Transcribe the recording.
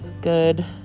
good